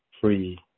free